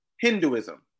Hinduism